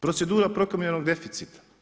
Procedura prekomjernog deficita.